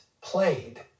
played